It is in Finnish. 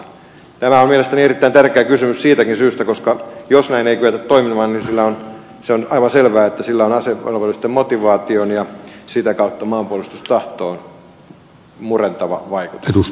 tämä on mielestäni erittäin tärkeä kysymys siitäkin syystä että jos näin ei kyetä toimimaan niin on aivan selvää että sillä on asevelvollisten motivaatioon ja sitä kautta maanpuolustustahtoon murentava vaikutus